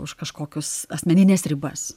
už kažkokius asmenines ribas